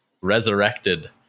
resurrected